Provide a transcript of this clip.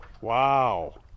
Wow